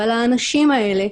אבל האנשים האלה,